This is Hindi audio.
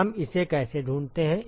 हम इसे कैसे ढूंढते हैं